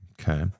Okay